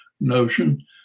notion